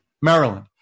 Maryland